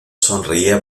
sonreía